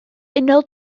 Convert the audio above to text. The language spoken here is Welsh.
unol